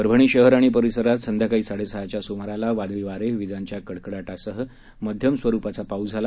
परभणी शहर आणि परिसरात सायकाळी साडेसहाच्या सुमाराला वादळीवारे विजांच्या कडकडाटासह मध्यमस्वरूपाचा पाऊस झाला